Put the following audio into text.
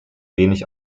wenig